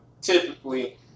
typically